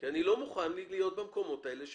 כי אני לא מוכן להיות במקומות האלה.